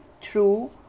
True